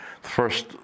first